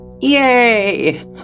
Yay